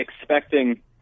expecting